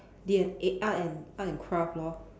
D N eh art and art and craft lor